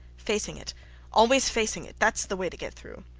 facing it always facing it thats the way to get through.